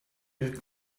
with